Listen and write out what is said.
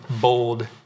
bold